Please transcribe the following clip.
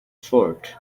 fort